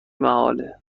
محاله